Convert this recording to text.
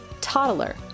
toddler